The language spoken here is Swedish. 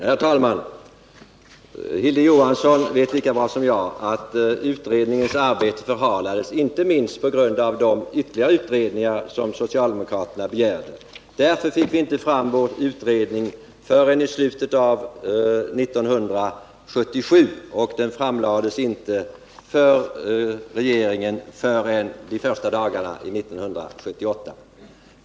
Herr talman! Hilding Johansson vet lika bra som jag att utredningens arbete förhalades, inte minst på grund av de ytterligare utredningar som socialdemokraterna begärde. Därför fick vi inte fram vår utredning förrän i slutet av 1977, och den framlades inte för regeringen förrän de första dagarna år 1978.